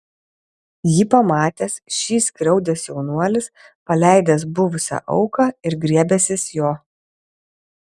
jį pamatęs šį skriaudęs jaunuolis paleidęs buvusią auką ir griebęsis jo